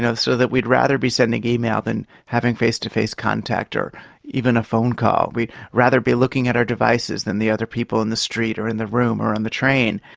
so that we'd rather be sending email than having face-to-face contact or even a phone call. we'd rather be looking at our devices than the other people in the street or in the room or on the train.